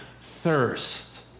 thirst